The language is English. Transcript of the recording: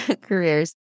careers